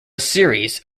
series